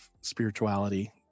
spirituality